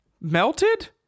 melted